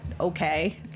okay